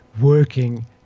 working